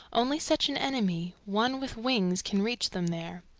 only such an enemy, one with wings, can reach them there.